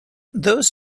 those